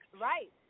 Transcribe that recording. Right